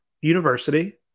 university